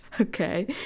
okay